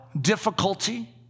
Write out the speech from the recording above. difficulty